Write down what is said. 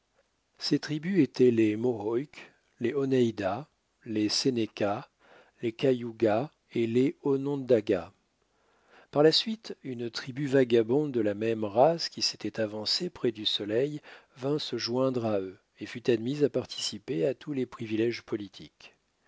ces tribus étaient les mohawks les oneidas les cenecas les cayugas et les onondagas par la suite une tribu vagabonde de la même race qui s'était avancée près du soleil vint se joindre à eux et fut admise à participer à tous les privilèges politiques